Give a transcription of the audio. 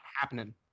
happening